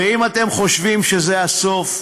ואם אתם חושבים שזה הסוף,